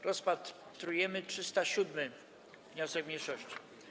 Rozpatrujemy 307. wniosek mniejszości.